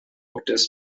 des